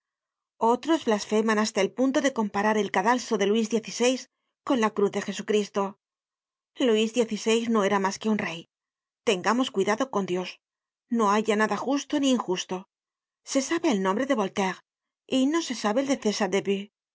otros blasfeman hasta el punto de comparar el cadalso de luis xvi con la cruz de jesucristo luisxvi no era mas que un rey tengamos cuidado con dios no hay ya nada justo ni injusto se sabe el nombre de voltaire y no se sabe el de